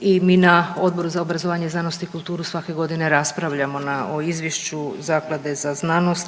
I mi na Odboru za obrazovanje, znanost i kulturu svake godine raspravljamo na, o izvješću zaklade za znanost